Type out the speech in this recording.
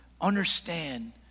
understand